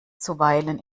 zuweilen